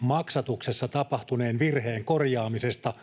maksatuksessa tapahtuneen virheen korjaamisesta